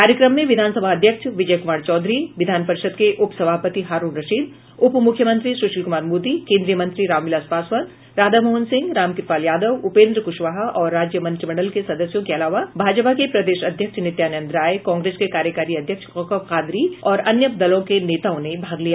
कार्यक्रम में विधान सभाध्यक्ष विजय कुमार चौधरी विधान परिषद के उपसभापति हारूण रशीद उप मुख्यमंत्री सुशील कुमार मोदी केन्द्रीय मंत्री रामविलास पासवान राधामोहन सिंह रामकृपाल यादव उपेन्द्र कुशवाहा और राज्य मंत्रिमंडल के सदस्यों के अलावा भाजपा के प्रदेश अध्यक्ष नित्यानंद राय कांग्रेस के कार्यकारी अध्यक्ष कौकब कादरी और अन्य दलों के नेताओ ने भाग लिया